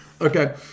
Okay